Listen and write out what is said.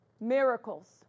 Miracles